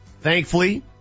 Thankfully